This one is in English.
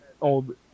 old